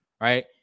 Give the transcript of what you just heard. right